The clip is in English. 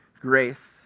grace